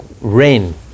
rain